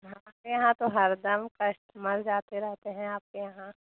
हमारे यहाँ तो हरदम कस्ट मर जाते रहते हैं आपके यहाँ